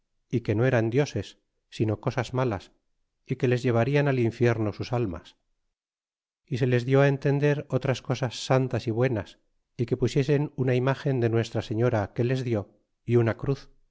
y que no eran dioses sino cosas malas rque les llevarian al infierno sus almas y se les dió entender otras cosas santas y buenas y que pusiesen una imagen de nuestra señora que les dió y una cruz